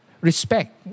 respect